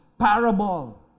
parable